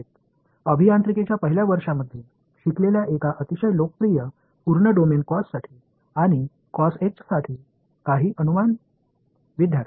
நீங்கள் அனைவரும் பொறியியல் முதல் ஆண்டில் படித்த மிகவும் பிரபலமான ஒரு புல்டொமைனில் cos or cosh ற்கான ஏதாவது விவரங்கள் இருக்கிறதா